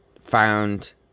found